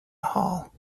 hall